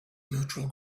neutral